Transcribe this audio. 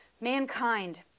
Mankind